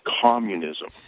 communism